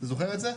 אתה זוכר את זה?